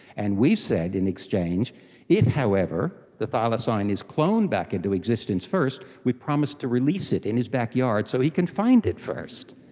and we've said in exchange if however the thylacine is cloned back into existence first, we promised to release it in his backyard so he can find it first.